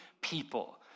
people